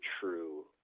true